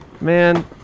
man